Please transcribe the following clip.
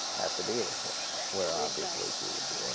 at the dealership where obviously she would